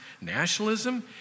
nationalism